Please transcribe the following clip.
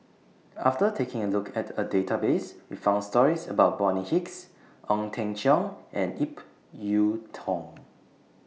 after taking A Look At The Database We found stories about Bonny Hicks Ong Teng Cheong and Ip Yiu Tung